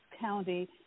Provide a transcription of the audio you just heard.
County